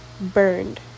burned